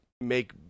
make